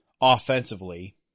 offensively